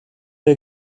der